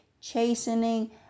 chastening